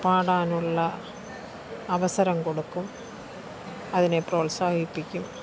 പാടാനുള്ള അവസരം കൊടുക്കും അതിനെ പ്രോത്സാഹിപ്പിക്കും